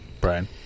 Brian